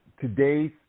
today's